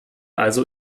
also